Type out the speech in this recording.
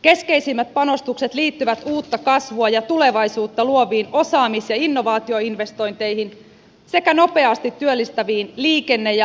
keskeisimmät panostukset liittyvät uutta kasvua ja tulevaisuutta luoviin osaamis ja innovaatioinvestointeihin sekä nopeasti työllistäviin liikenne ja asuntorakentamishankkeisiin